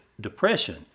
Depression